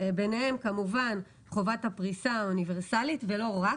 ביניהם כמובן חובת הפריסה האוניברסלית ולא רק.